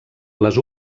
les